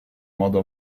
modo